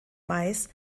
mais